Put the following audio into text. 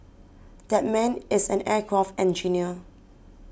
that man is an aircraft engineer